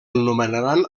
nomenaran